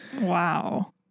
Wow